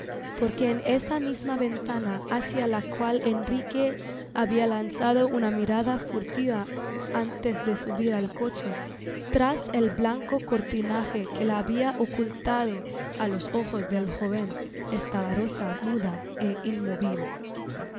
porque en esa misma ventana hacia la cual enrique habia lanzado una mirada furtiva antes de subir al coche trás el blanco cortinaje que la habia ocultado á los ojos del joven estaba rosa mudaé inmóvil